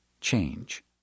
change